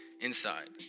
inside